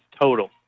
total